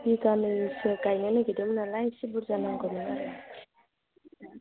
बिगानैसो गायनो नागिरदोंमोन नालाय एसे बुरजा नांगौमोन आरो